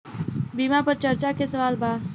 बीमा पर चर्चा के सवाल बा?